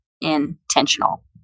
intentional